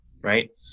right